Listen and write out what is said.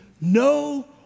no